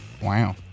Wow